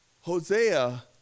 Hosea